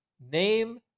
Name